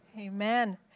Amen